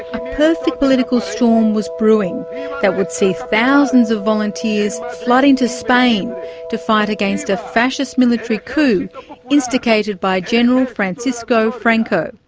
a perfect political storm was brewing that would see thousands of volunteers flood into spain to fight against a fascist military coup instigated by general francisco franco.